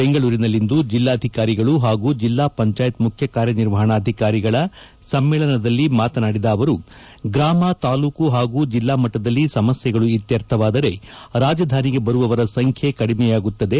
ಬೆಂಗಳೂರಿನಲ್ಲಿಂದು ಜಿಲ್ಲಾಧಿಕಾರಿಗಳು ಹಾಗೂ ಜಿಲ್ಲಾ ಪಂಚಾಯತ್ ಮುಖ್ಯ ಕಾರ್ಯನಿರ್ವಹಣಾಧಿಕಾರಿಗಳ ಸಮ್ಮೆಳನದಲ್ಲಿ ಮಾತನಾಡಿದ ಅವರು ಗ್ರಾಮ ತಾಲೂಕು ಹಾಗೂ ಜಿಲ್ಲಾ ಮಟ್ಟದಲ್ಲಿ ಸಮಸ್ಯೆಗಳು ಇತ್ಯರ್ಥವಾದರೆ ರಾಜಧಾನಿಗೆ ಬರುವವರ ಸಂಖ್ಯೆ ಕಡಿಮೆಯಾಗುತ್ತದೆ